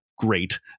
great